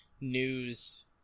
news